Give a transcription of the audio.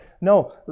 No